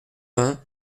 vingt